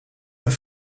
een